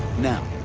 now,